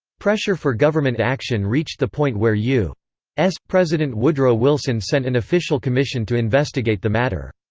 pressure for government action reached the point where u s. president woodrow wilson sent an official commission to investigate the matter.